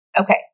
Okay